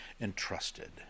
entrusted